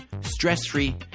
stress-free